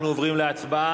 אנחנו עוברים להצבעה.